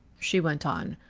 she went on,